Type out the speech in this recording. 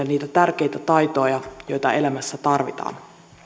niitä tärkeitä taitoja joita elämässä tarvitaan